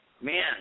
man